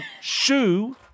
shoe